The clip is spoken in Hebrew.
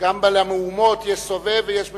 וגם למהומות יש סובב ויש מסובב.